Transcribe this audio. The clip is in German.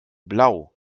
blau